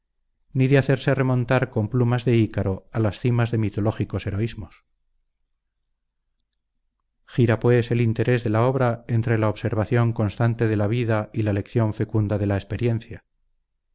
ni de hacerle remontar con plumas de ícaro a las cimas de mitológicos heroísmos gira pues el interés de la obra entre la observación constante de la vida y la lección fecunda de la experiencia